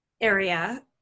area